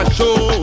Show